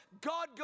God